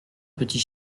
petits